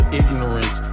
ignorance